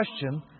question